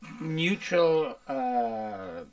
neutral